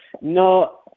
No